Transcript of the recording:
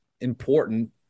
important